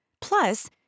Plus